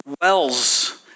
wells